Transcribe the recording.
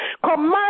Command